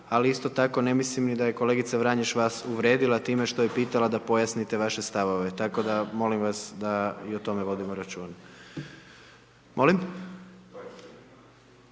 ali isto tako ne mislim ni da je kolegica Vranješ vas uvrijedila time što je pitala da pojasnite vaše stavove. Tako da molim vas da i o tome vodimo računa. Molim?